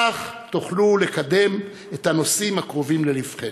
כך תוכלו לקדם את הנושאים הקרובים ללבכם,